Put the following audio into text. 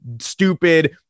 Stupid